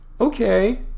okay